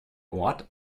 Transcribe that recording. ort